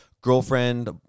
girlfriend